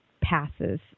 passes